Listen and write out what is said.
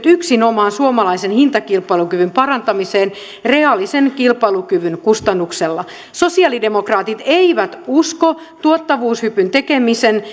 yksinomaan suomalaisen hintakilpailukyvyn parantamiseen reaalisen kilpailukyvyn kustannuksella sosialidemokraatit eivät usko tuottavuushypyn tekemisen